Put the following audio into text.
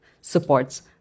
supports